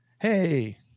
Hey